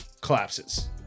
collapses